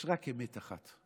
יש רק אמת אחת.